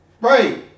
Right